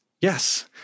yes